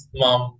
mom